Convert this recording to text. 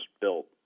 built